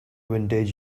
vintage